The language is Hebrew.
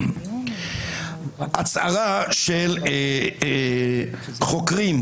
הצהרה של חוקרים,